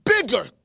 bigger